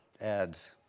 ads